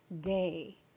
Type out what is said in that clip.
day